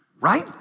right